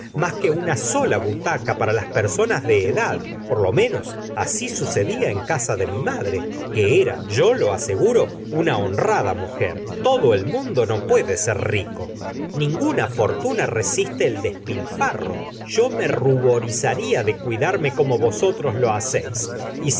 mas que una sola butaca para las personas de edad por lo menos asi sucedía en casa de mi madre que era yo lo aseguro una honrada mujer todo el mundo no puede ser rico la señora de bovary ninguna fortuna resiste el despilfa rro yo me ruborizaría de cuidarme como vosotros lo hacéis